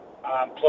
plus